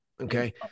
Okay